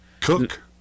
Cook